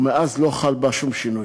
ומאז לא חל בה שום שינוי.